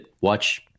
watch